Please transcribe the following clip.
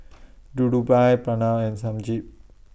Dhirubhai Pranav and Sanjeev